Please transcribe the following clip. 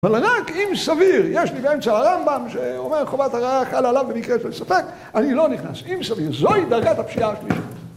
אבל רק אם סביר, יש לי באמצע הרמב״ם שאומר חובת הרעה חל עליו במקרה של ספק, אני לא נכנס. אם סביר, זוהי דרגת הפשיעה השלישית.